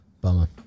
Bummer